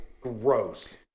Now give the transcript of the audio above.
Gross